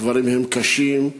הדברים קשים,